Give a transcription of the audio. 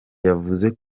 yavuze